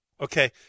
Okay